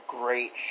great